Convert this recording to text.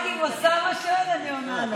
רק אם אוסאמה שואל אני עונה.